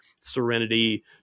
serenity